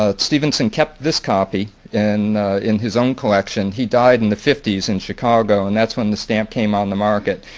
ah stevenson kept this copy in in his own collection. he died in the fifty s in chicago and that's when the stamp came on the market.